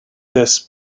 this